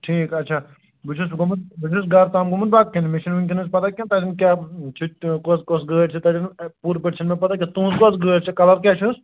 ٹھیٖک آچھا بہٕ چھُس گوٚمُت بہٕ چھُس گَھرٕ تام گوٚمُت بَتہٕ کھیٚنہِ مےٚ چھَنہٕ وُنکٮ۪ن پَتَہ کیٚنٛہہ تتٮ۪ن کیاہ چھِ کۄس کۄس گٲڑۍ چھِ تَتٮ۪ن پوٗرٕ پٲٹھۍ چھَنہٕ مےٚ پَتَہ کیٚنٛہہ تہنٛز کۄس گٲڑۍ چھِ کَلَر کیاہ چھُس